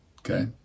Okay